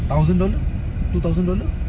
thousand dollar two thousand dollar